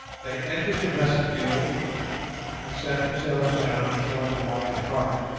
they entered the vestibule and sat themselves down before the wide hearth,